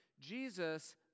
Jesus